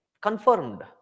confirmed